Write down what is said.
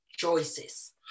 Choices